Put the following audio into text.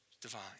divine